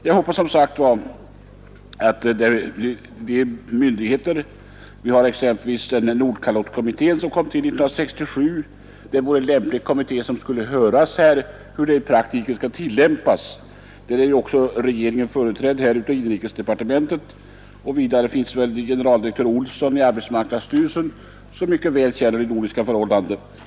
Det vore lämpligt att höra Nordkalottkommittén, som kom till 1967, om hur reglerna i praktiken skall tillämpas. Där är ju regeringen företrädd genom inrikesdepartementet, och vidare finns där generaldirektör Olsson i arbetsmarknadsstyrelsen, som mycket väl känner de nordiska förhållandena.